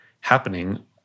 happening